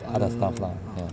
other stuff lah